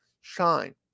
shine